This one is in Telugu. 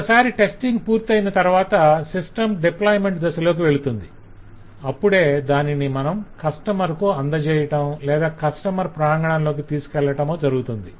ఒక సారి టెస్టింగ్ పూర్తయిన తరవాత సిస్టమ్ డిప్లాయిమెంట్ దశలోకి వెళుతుంది అప్పుడే దానిని మనం కస్టమర్ కు అందజేయటం లేదా కస్టమర్ ప్రాంగణంలోకి తీసుకెళ్లటమో జరుగుతుంది